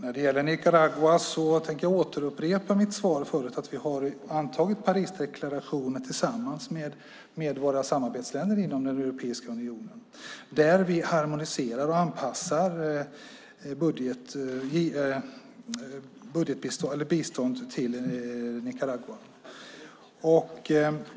Fru talman! När det gäller Nicaragua upprepar jag mitt tidigare svar. Vi har antagit Parisdeklarationen tillsammans med våra samarbetsländer inom Europeiska unionen och harmoniserar och anpassar på det sättet biståndet till Nicaragua.